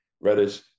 reddish